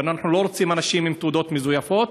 ואנחנו לא רוצים אנשים עם תעודות מזויפות,